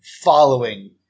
following